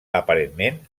aparentment